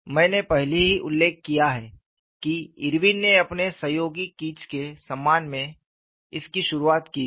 मैंने पहले ही उल्लेख किया है कि इरविन ने अपने सहयोगी किज़ के सम्मान में इसकी शुरुआत की थी